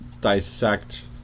dissect